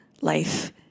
life